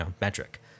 metric